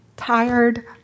Tired